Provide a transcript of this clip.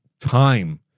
time